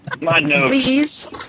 Please